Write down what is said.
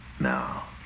Now